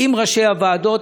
עם ראשי הוועדות,